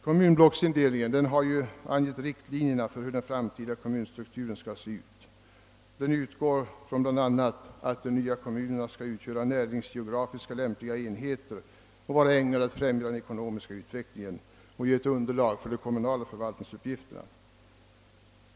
Kommunblocksindelningen anger riktlinjerna för hur den framtida kommunstrukturen skall se ut. Den utgår bl.a. ifrån att de nya kommunerna skall utgöra näringsgeografiska lämpliga enheter och vara ägnade att främja den ekonomiska utvecklingen och ge ett underlag för de kommunala förvaltningsuppgifterna.